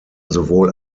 sowohl